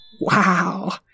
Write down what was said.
Wow